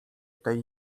tej